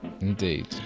Indeed